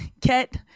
get